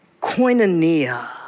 koinonia